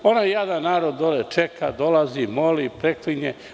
Onaj jadan narod dole čeka, dolazi, moli, preklinje.